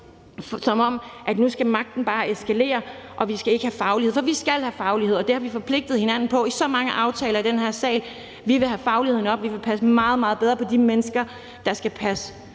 som om at nu skal magten bare eskalere og vi skal ikke have faglighed. For vi skal have faglighed, og det har vi forpligtet hinanden på i så mange aftaler i den her sal. Vi vil have fagligheden op, vi vil passe meget, meget bedre på de mennesker, som har